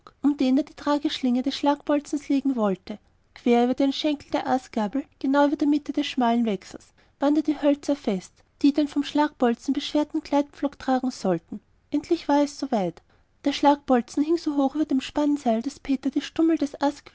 um den er die tragschlinge des schlagbolzens legen wollte quer über den schenkeln der astgabel genau über der mitte des schmalen wechsels band er hölzer fest die den vom schlagbolzen beschwerten gleitpflock tragen sollten endlich war es soweit der schlagbolzen hing so hoch über dem spannseil daß peter die stummel des